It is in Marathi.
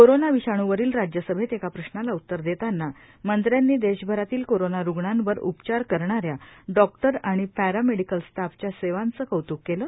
कोरोना विषाणूवरील राज्यसभेत एका प्रश्नाला उत्तर देताना मंत्र्यांनी देशभरातील कोरोना रूग्णांवर उपचार करणाऱ्या डॉक्टर आणि पॅरा मेडिकल स्टाफच्या सेवांचे कौत्क केले